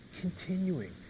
continuing